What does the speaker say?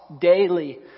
daily